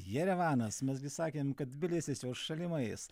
jerevanas mes gi sakėm kad tbilisis jau šalimais